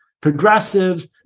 progressives